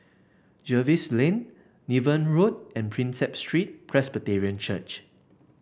Jervois Lane Niven Road and Prinsep Street Presbyterian Church